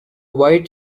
white